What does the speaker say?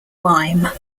lime